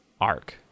arc